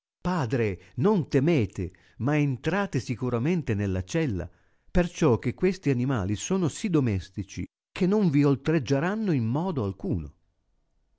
padre non temete ma entrate sicuramente nella cella perciò che questi animali sono si domestici che non vi oltreggieranno in modo alcuno